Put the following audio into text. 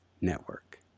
Network